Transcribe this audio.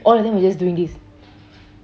all of them was just doing this